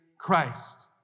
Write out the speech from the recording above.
Christ